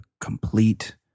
complete